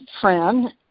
fran